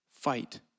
Fight